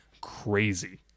crazy